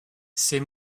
ses